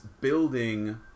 building